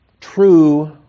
true